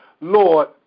Lord